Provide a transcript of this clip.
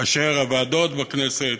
כאשר הוועדות בכנסת